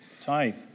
tithe